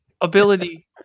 ability